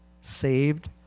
saved